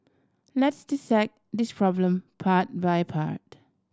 let's dissect this problem part by part